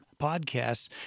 podcasts